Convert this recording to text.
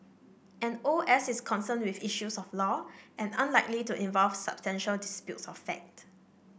an O S is concerned with issues of law and unlikely to involve substantial disputes of fact